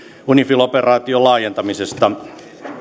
unifil operaation laajentamisesta